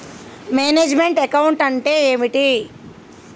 Manage meant account అంటే ఏమిటి?